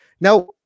now